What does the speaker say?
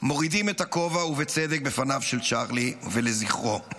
מורידים את הכובע ובצדק בפניו של צ'רלי ולזכרו.